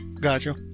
gotcha